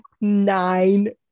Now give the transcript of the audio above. nine